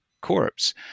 corpse